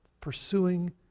pursuing